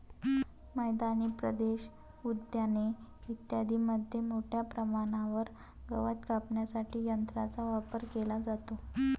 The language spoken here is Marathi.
मैदानी प्रदेश, उद्याने इत्यादींमध्ये मोठ्या प्रमाणावर गवत कापण्यासाठी यंत्रांचा वापर केला जातो